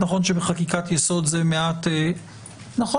נכון שבחקיקת יסוד זה מעט שונה,